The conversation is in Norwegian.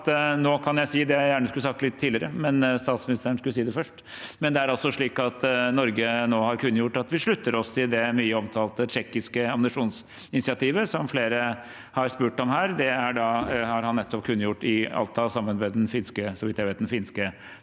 nå kan jeg si det jeg gjerne skulle sagt litt tidligere, men statsministeren skulle si det først: Det er altså slik at Norge nå har kunngjort at vi slutter oss til det mye omtalte tsjekkiske ammunisjonsinitiativet, som flere har spurt om her. Det har han nettopp kunngjort i Alta sammen med, så vidt